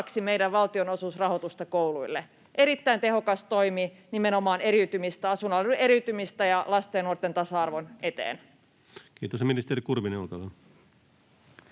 meidän valtionosuusrahoitusta kouluille. Erittäin tehokas toimi nimenomaan asuinalueiden eriytymistä vastaan ja lasten ja nuorten tasa-arvon eteen. Kiitos. — Ja ministeri Kurvinen, olkaa